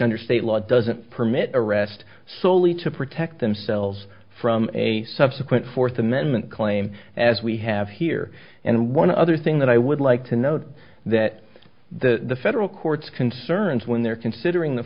under state law doesn't permit arrest soley to protect themselves from a subsequent fourth amendment claim as we have here and one other thing that i would like to note that the federal courts concerns when they're considering the